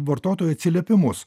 vartotojų atsiliepimus